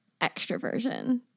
extroversion